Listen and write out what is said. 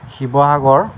Sivasagar